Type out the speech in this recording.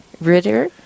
Ritter